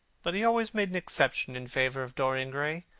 but he always made an exception in favour of dorian gray.